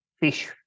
fish